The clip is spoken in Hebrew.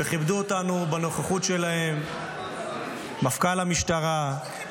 כיבדו אותנו בנוכחות שלהם מפכ"ל המשטרה ------ נו,